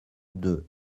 deux